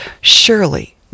surely